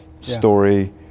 story